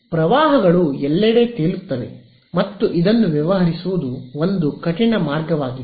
ಪ್ರವಾಹಗಳು ಎಲ್ಲೆಡೆ ತೇಲುತ್ತವೆ ಮತ್ತು ಇದನ್ನು ವ್ಯವಹರಿಸುವುದು ಒಂದು ಕಠಿಣ ಮಾರ್ಗವಾಗಿದೆ